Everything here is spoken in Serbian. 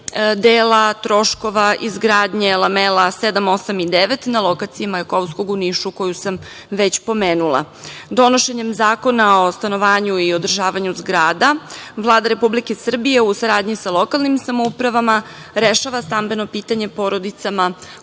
dela troškova izgradnje lamela 7, 8 i 9, na lokacijama Jakovska u Nišu, koju sam već pomenula. Donošenjem Zakona o stanovanju i održavanju zgrada Vlada Republike Srbije, u saradnji sa lokalnim samoupravama, rešava stambeno pitanje porodicama